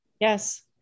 Yes